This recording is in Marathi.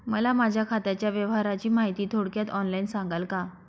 मला माझ्या खात्याच्या व्यवहाराची माहिती थोडक्यात ऑनलाईन सांगाल का?